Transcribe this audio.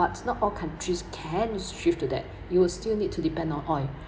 but not all countries can shift to that you will still need to depend on oil